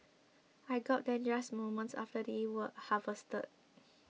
I got them just moments after they were harvested